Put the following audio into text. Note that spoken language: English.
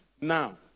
now